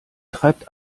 treibt